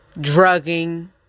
drugging